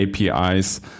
apis